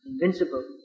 invincible